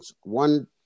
One